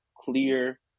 clear